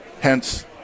Hence